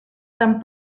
tan